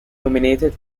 nominated